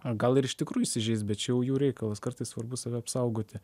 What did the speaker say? o gal ir iš tikrųjų įsižeis bet čia jau jų reikalas kartais svarbu save apsaugoti